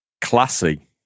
Classy